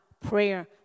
prayer